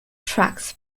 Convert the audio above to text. tracks